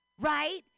Right